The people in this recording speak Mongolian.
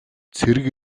цэрэг